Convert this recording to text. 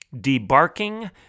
Debarking